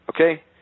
okay